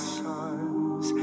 sons